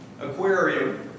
aquarium